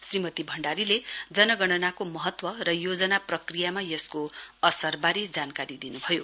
श्रीमती भण्डारीले जनगणनाको महत्व र योजना प्रक्रियामा यसको असरबारे जानकारी दिनुभयो